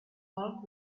bulk